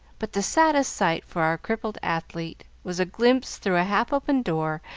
but the saddest sight for our crippled athlete was a glimpse, through a half-opened door,